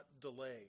delay